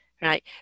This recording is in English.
Right